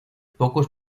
pocos